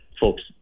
folks